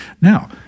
Now